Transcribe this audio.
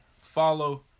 follow